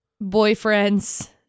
boyfriend's